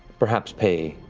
perhaps pay,